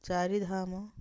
Chardham